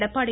Edappadi